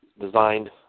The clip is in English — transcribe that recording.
designed